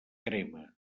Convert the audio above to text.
crema